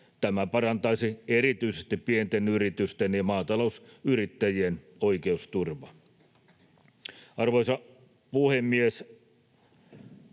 Tämä parantaisi erityisesti pienten yritysten ja maatalousyrittäjien oikeusturvaa. Arvoisa puhemies!